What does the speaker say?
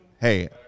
hey